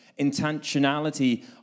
intentionality